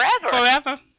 forever